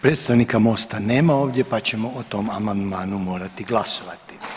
Predstavnika MOST-a nema ovdje, pa ćemo o tom amandmanu morati glasovati.